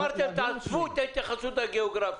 אמרת תעזבו את ההתייחסות הגיאוגרפית.